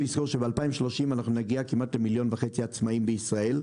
ב-2030 נגיע כמעט למיליון וחצי עצמאים בישראל.